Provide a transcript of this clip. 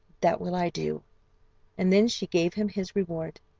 that will i do and then she gave him his reward.